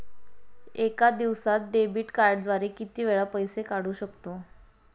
एका दिवसांत डेबिट कार्डद्वारे किती वेळा पैसे काढू शकतो?